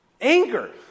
Anger